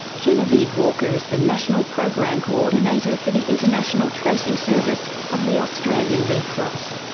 genevieve walker is the national program co-ordinator for the international tracing service of the australian red cross.